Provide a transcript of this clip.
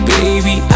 Baby